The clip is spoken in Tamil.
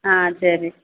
ஆ சரி